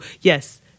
yes